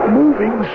moving